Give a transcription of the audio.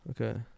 Okay